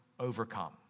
overcome